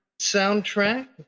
soundtrack